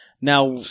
Now